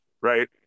right